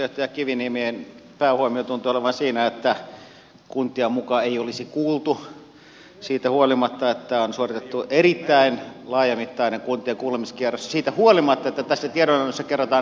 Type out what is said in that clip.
oppositiojohtaja kiviniemen päähuomio tuntui olevan siinä että kuntia muka ei olisi kuultu siitä huolimatta että on suoritettu erittäin laajamittainen kuntien kuulemiskierros ja siitä huolimatta että tässä tiedonannossa kerrotaan että tehdään se vielä uudelleen